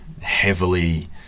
heavily